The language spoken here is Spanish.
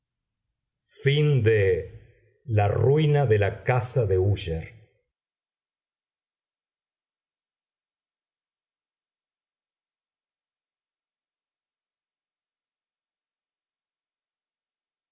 la contemplación de la casa de úsher